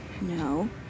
No